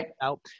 out